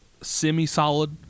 semi-solid